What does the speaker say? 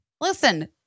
listen